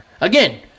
Again